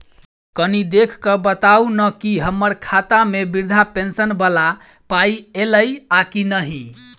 कनि देख कऽ बताऊ न की हम्मर खाता मे वृद्धा पेंशन वला पाई ऐलई आ की नहि?